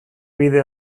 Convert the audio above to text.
bide